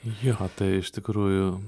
jo tai iš tikrųjų